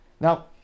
Now